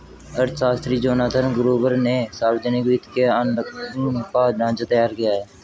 अर्थशास्त्री Jonathan Gruber ने सावर्जनिक वित्त के आंकलन का ढाँचा तैयार किया है